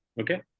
okay